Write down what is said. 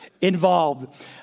involved